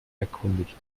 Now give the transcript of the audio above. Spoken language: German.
erkundigt